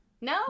No